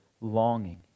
longing